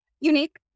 unique